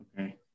Okay